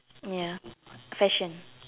ya fashion